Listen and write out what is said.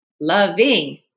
loving